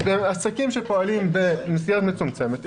עסקים שפועלים במסגרת מצומצמת,